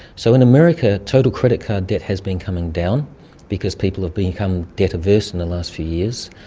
so in america, total credit card debt has been coming down because people have become debt averse in the last few years,